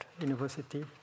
University